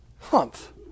Humph